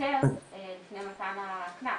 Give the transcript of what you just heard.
שוטר לפני מתן הקנס.